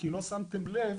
כי לא שמתם לב